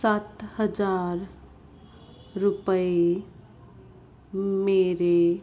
ਸੱਤ ਹਜ਼ਾਰ ਰੁਪਏ ਮੇਰੇ